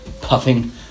puffing